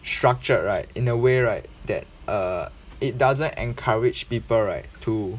structured right in a way right that err it doesn't encourage people right to